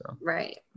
right